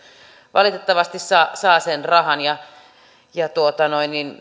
valitettavasti saavat sen rahan ja